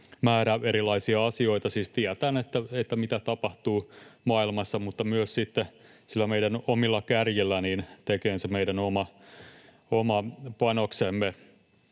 määrä erilaisia asioita, siis tietäen, mitä tapahtuu maailmassa, mutta myös sitten niillä meidän omilla kärjillä tekemään se meidän oma panoksemme.